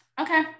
Okay